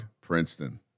Princeton